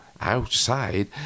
outside